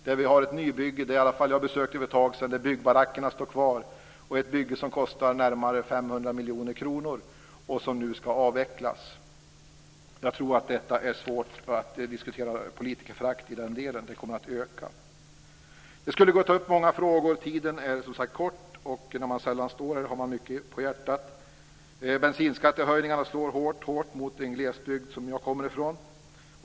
Där har vi ett nybygge som jag besökte för ett tag sedan där byggbarackerna står kvar. Det är ett bygge som kostade närmare 500 miljoner kronor som nu ska avvecklas. Jag tror att det är svårt att diskutera politikerförakt i den delen. Det kommer att öka. Jag skulle kunna ta upp många frågor, men talartiden är kort. När man sällan står här i talarstolen har man mycket på hjärtat. Bensinskattehöjningarna slår hårt mot den glesbygd som jag kommer ifrån.